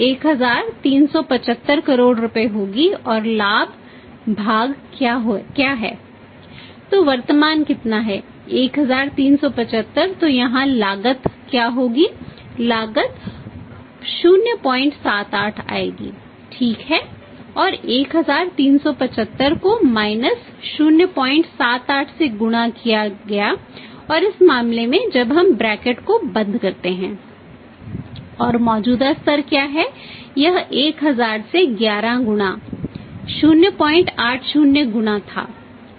और मौजूदा स्तर क्या था यह 1000 से 11 गुणा 080 गुणा था ठीक